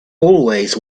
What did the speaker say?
always